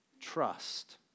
Trust